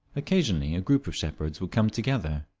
occasionally a group of shepherds would come together,